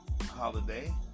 holiday